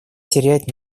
терять